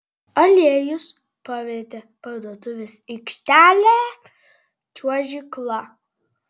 aliejus pavertė parduotuvės aikštelę čiuožykla